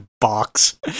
Box